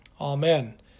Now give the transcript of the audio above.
Amen